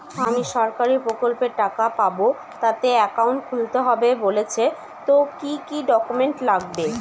আমি সরকারি প্রকল্পের টাকা পাবো তাতে একাউন্ট খুলতে হবে বলছে তো কি কী ডকুমেন্ট লাগবে?